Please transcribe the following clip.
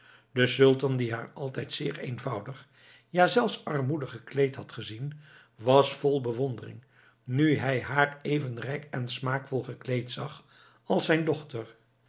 de sultan die haar altijd zeer eenvoudig ja zelfs armoedig gekleed had gezien was vol bewondering nu hij haar even rijk en smaakvol gekleed zag als zijn dochter